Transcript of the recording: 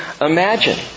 imagine